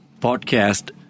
podcast